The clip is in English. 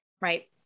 Right